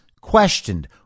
questioned